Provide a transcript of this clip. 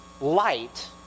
light